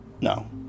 no